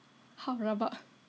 how rabak